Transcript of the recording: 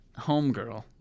homegirl